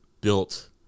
built